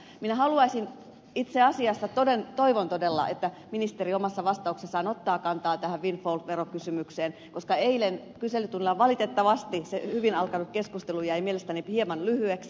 minä haluaisin itse asiassa toivon todella että ministeri omassa vastauksessaan ottaa kantaa tähän windfall verokysymykseen koska eilen kyselytunnilla valitettavasti se hyvin alkanut keskustelu jäi mielestäni hieman lyhyeksi